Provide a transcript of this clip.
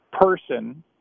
person